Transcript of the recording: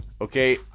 okay